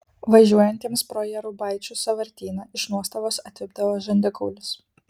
važiuojantiems pro jėrubaičių sąvartyną iš nuostabos atvipdavo žandikaulis